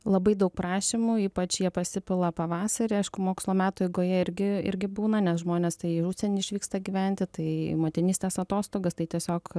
labai daug prašymų ypač jie pasipila pavasarį aišku mokslo metų eigoje irgi irgi būna nes žmonės tai į užsienį išvyksta gyventi tai į motinystės atostogas tai tiesiog